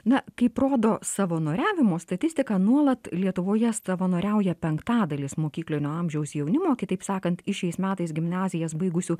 na kaip rodo savanoriavimo statistika nuolat lietuvoje savanoriauja penktadalis mokyklinio amžiaus jaunimo kitaip sakant iš šiais metais gimnazijas baigusių